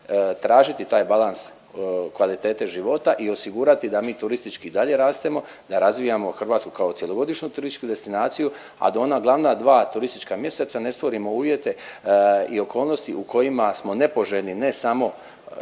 tražiti taj balans kvalitete života i osigurati da mi turistički i dalje rastemo, da razvijamo Hrvatsku kao cjelogodišnju turističku destinaciju, a da ona glavna dva turistička mjeseca ne stvorimo uvjete i okolnosti u kojima smo nepoželjni, ne samo